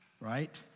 right